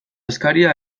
eskaria